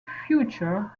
future